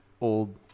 old